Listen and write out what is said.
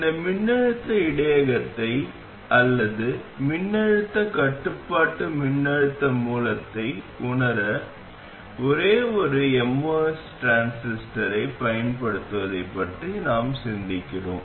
இந்த மின்னழுத்த இடையகத்தை அல்லது மின்னழுத்த கட்டுப்பாட்டு மின்னழுத்த மூலத்தை உணர ஒரே ஒரு MOS டிரான்சிஸ்டரைப் பயன்படுத்துவதைப் பற்றி நாம் சிந்திக்கிறோம்